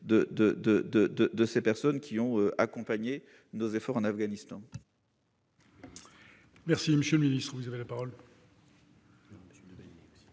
de ces personnes, qui ont accompagné nos efforts en Afghanistan.